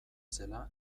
zela